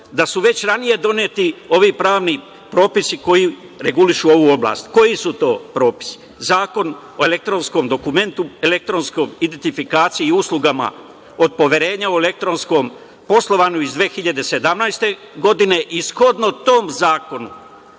da su već ranije doneti ovi pravni propisi koji regulišu ovu oblast. Koji su to propisi? Zakon o elektronskom dokumentu, elektronskoj identifikaciji i uslugama od poverenja u elektronskomposlovanju iz 2017. godine i shodno tom zakonu